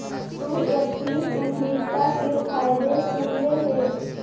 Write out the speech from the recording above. तु एथनिक उद्यमिता के फायदे सुनले हे?